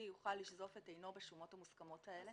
יוכל לשזוף את עינו בשומות המוסכמות האלה,